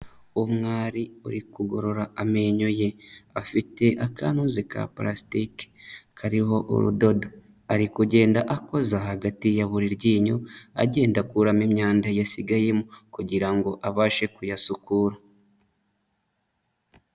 Umwari uri kugorora amenyo ye, afite akanuzi ka parasitiki kariho urudodo, ari kugenda akoza hagati ya buri ryinyo, agenda akuramo imyanda yasigayemo, kugira ngo abashe kuyasukura.